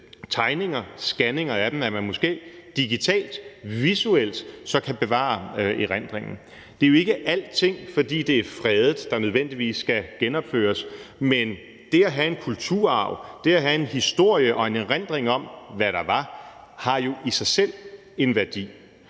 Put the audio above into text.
tegninger og scanninger af dem, at man måske digitalt og visuelt så kan bevare erindringen. Det er jo ikke alting, der nødvendigvis, fordi det er fredet, skal genopføres, men det at have en kulturarv, det at have en historie og en erindring om, hvad der var, har jo i sig selv en værdi.